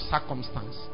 circumstance